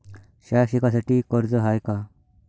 शाळा शिकासाठी कर्ज हाय का?